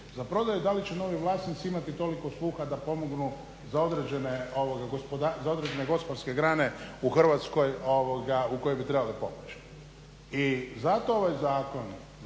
za prodaju, da li će novi vlasnici imati toliko sluha da pomognu za određene gospodarske grane u Hrvatskoj u kojoj bi trebali pomoći. I zato ovaj zakon